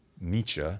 Nietzsche